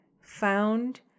found